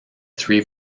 three